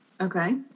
okay